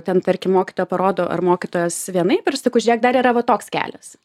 ten tarkim mokytoja parodo ar mokytojas vienaip ir aš sakau žiūrėk dar yra va toks kelias